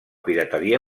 pirateria